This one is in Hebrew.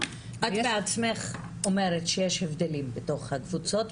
--- את בעצמך אומרת שיש הבדלים בתוך הקבוצות,